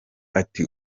ati